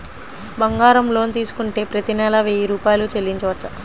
బంగారం లోన్ తీసుకుంటే ప్రతి నెల వెయ్యి రూపాయలు చెల్లించవచ్చా?